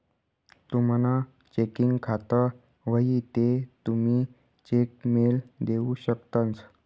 तुमनं चेकिंग खातं व्हयी ते तुमी चेक मेल देऊ शकतंस